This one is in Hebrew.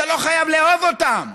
אתה לא חייב לאהוב אותם,